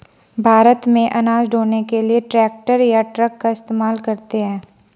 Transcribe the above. भारत में अनाज ढ़ोने के लिए ट्रैक्टर या ट्रक का इस्तेमाल करते हैं